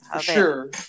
Sure